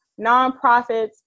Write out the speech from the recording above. nonprofits